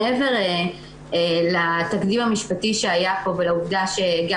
מעבר לתקדים המשפטי שהיה פה ולעבודה שגם